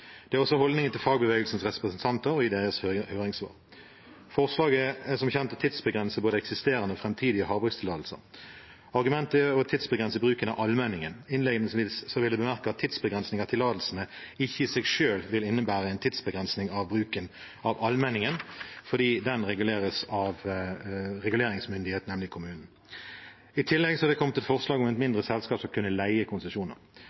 Det er også holdningen til fagbevegelsens representanter i deres høringssvar. Forslaget er som kjent å tidsbegrense både eksisterende og framtidige havbrukstillatelser. Argumentet er å tidsbegrense bruken av allmenningen. Innledningsvis vil jeg bemerke at tidsbegrensning av tillatelsene ikke i seg selv vil innebære en tidsbegrensning i bruken av allmenningen fordi den styres av reguleringsmyndigheten, nemlig kommunen. I tillegg er det kommet et forslag om at mindre selskap skal kunne leie konsesjoner.